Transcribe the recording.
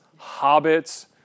hobbits